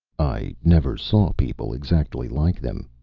i never saw people exactly like them.